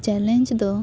challenge ᱫᱚ